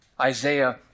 Isaiah